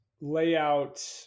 layout